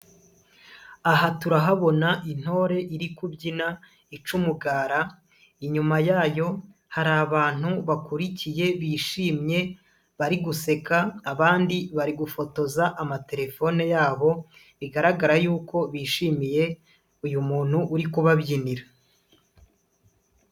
Aha turahabona intore iri kubyina, ica umugara, inyuma yayo hari abantu bakurikiye, bishimye, bari guseka, abandi bari gufotoza amatelefone yabo, bigaragara yuko bishimiye uyu muntu uri kubabyinira.